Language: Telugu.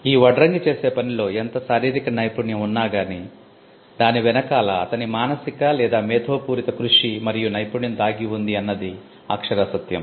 ఈ వడ్రంగి చేసే పనిలో ఎంత శారీరిక నైపుణ్యం ఉన్నా గానీ దాని వెనకాల అతని మానసికమేధోపూరిత కృషి మరియు నైపుణ్యం దాగిఉంది అన్నది అక్షర సత్యం